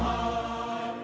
um